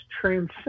transcend